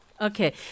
Okay